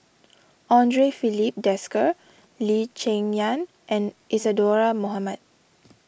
andre Filipe Desker Lee Cheng Yan and Isadhora Mohamed